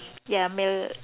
ya Mal~